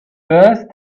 first